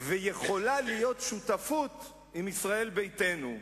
"ויכולה להיות שותפות עם ישראל ביתנו",